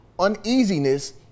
uneasiness